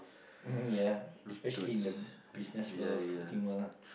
mm ya especially in the business world of working world lah